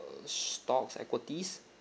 stocks equities